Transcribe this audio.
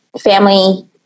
family